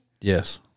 Yes